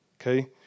Okay